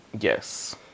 Yes